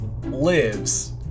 lives